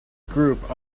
group